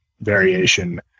variation